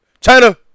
China